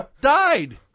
Died